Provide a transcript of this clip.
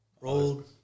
rolled